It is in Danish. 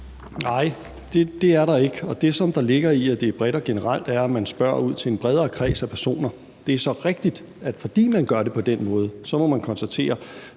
Nej, det er der ikke. Og det, der ligger i, at det er bredt og generelt, er, at man spørger ud til en bredere kreds af personer. Så er det rigtigt, at fordi man gør det på den måde, må man konstatere,